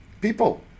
people